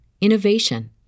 innovation